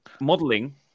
modeling